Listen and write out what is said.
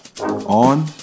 On